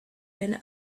been